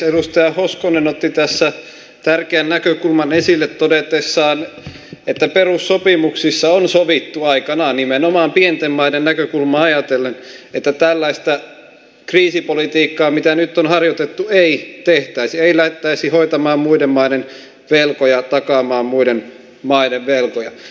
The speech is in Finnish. edustaja hoskonen otti tässä tärkeän näkökulman esille todetessaan että perussopimuksissa on sovittu aikanaan nimenomaan pienten maiden näkökulmaa ajatellen että tällaista kriisipolitiikkaa mitä nyt on harjoitettu ei tehtäisi ei lähdettäisi hoitamaan muiden maiden velkoja takaamaan muiden maiden velkoja